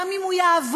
גם אם הוא יעבור,